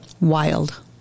Wild